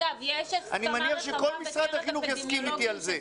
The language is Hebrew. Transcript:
אני מניח שכל משרד החינוך יסכים איתי על זה.